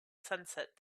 sunset